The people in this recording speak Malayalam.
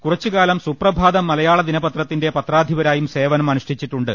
കുറച്ചുകാലം സുപ്രഭാതം മലയാള ദിനപത്രത്തിന്റെ പത്രാധിപരായും സേവനം അനുഷ്ഠിച്ചിട്ടുണ്ട്